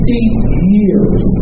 years